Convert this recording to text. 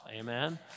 Amen